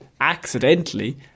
accidentally